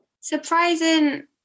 Surprising